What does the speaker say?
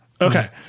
Okay